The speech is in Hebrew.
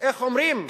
ואיך אומרים,